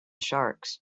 sharks